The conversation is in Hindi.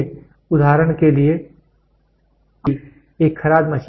इसलिए उदाहरण के लिए एक खराद मशीन में